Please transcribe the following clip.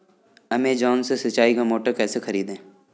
Amazon से सिंचाई का मोटर कैसे खरीदें?